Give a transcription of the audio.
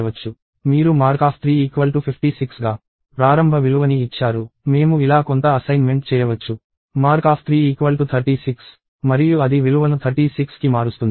మీరు mark3 56 గా ప్రారంభ విలువని ఇచ్చారు మేము ఇలా కొంత అసైన్మెంట్ చేయవచ్చు mark3 36 మరియు అది విలువను 36కి మారుస్తుంది